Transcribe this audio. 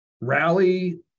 rally